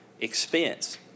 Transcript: expense